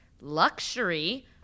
luxury